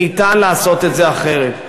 ניתן לעשות את זה אחרת.